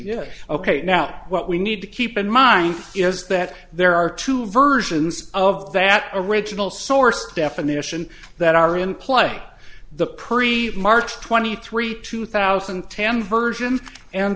yeah ok now what we need to keep in mind is that there are two versions of that original source definition that are in play the pre march twenty three two thousand and ten version and